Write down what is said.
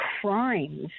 crimes